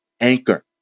anchor